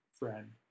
friend